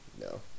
no